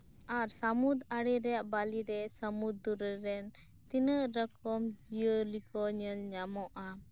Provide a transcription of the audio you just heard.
ᱟᱨ ᱥᱟᱹᱢᱩᱫᱽ ᱟᱲᱮᱨᱮᱭᱟᱜ ᱵᱟᱹᱞᱤᱨᱮ ᱥᱟᱹᱢᱩᱫᱽ ᱨᱚᱨᱮᱱ ᱛᱤᱱᱟᱹᱜ ᱨᱚᱠᱚᱢ ᱡᱤᱭᱟᱹᱞᱤᱠᱚ ᱧᱮᱞ ᱧᱟᱢᱚᱜᱼᱟ